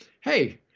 hey